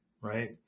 right